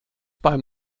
beim